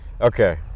okay